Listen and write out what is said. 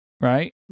Right